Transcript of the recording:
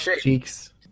cheeks